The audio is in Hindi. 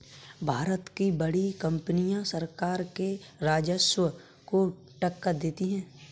भारत की बड़ी कंपनियां सरकार के राजस्व को टक्कर देती हैं